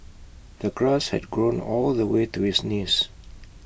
the grass had grown all the way to his knees